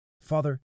Father